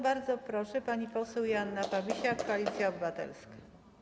Bardzo proszę, pani poseł Joanna Fabisiak, Koalicja Obywatelska.